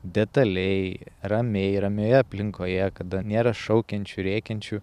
detaliai ramiai ramioje aplinkoje kada nėra šaukiančių rėkiančių